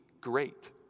great